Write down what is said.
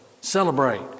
Celebrate